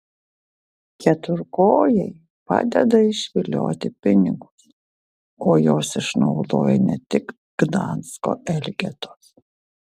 keturkojai padeda išvilioti pinigus o juos išnaudoja ne tik gdansko elgetos